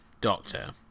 doctor